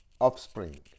offspring